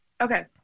Okay